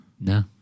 No